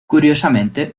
curiosamente